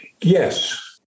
Yes